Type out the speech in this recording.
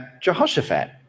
Jehoshaphat